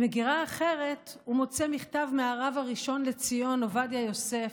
במגירה אחרת הוא מוצא מכתב מהרב הראשון לציון עובדיה יוסף,